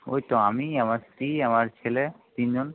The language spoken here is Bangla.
ওই তো আমি আমার স্ত্রী আমার ছেলে তিনজন